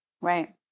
right